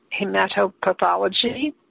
Hematopathology